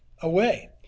away